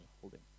holding